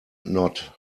not